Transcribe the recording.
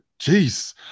Jeez